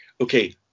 okay